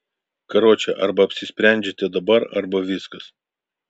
karoče arba apsisprendžiate dabar arba viskas